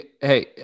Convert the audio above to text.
Hey